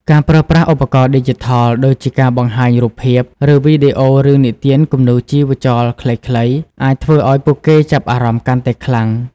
ការប្រើប្រាស់ឧបករណ៍ឌីជីថល ដូចជាការបង្ហាញរូបភាព ឬវីដេអូរឿងនិទានគំនូរជីវចលខ្លីៗ អាចធ្វើឱ្យពួកគេចាប់អារម្មណ៍កាន់តែខ្លាំង។